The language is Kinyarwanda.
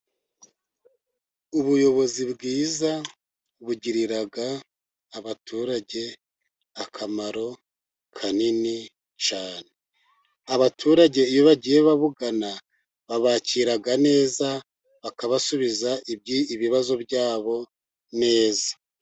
Ubuyobozi bwiza bugirira abaturage akamaro kanini cyane, abaturage iyo bagiye babugana babakira neza, bakabasubiza ibibazo byabo neza.